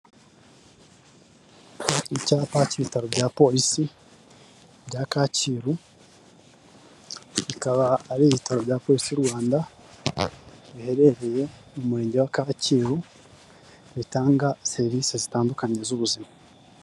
Icyapa cy'ibitaro bya polisi bya Kacyiru, bikaba ari ibitaro bya polisi y'u Rwanda biherereye mu murenge wa Kacyiru bitanga serivisi zitandukanye z'ubuzima.